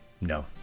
No